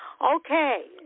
Okay